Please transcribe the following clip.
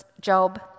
Job